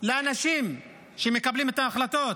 לאנשים שמקבלים את ההחלטות,